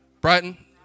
Brighton